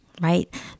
right